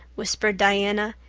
whispered diana.